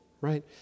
Right